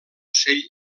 ocell